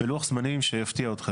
בלוח זמנים שיפתיע אתכם,